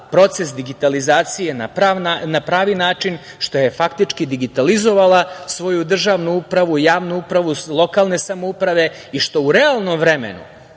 proces digitalizacije na pravi način, što je faktički digitalizovala svoju državnu upravu, javnu upravu, lokalne samouprave i što u realnom vremenu